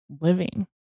living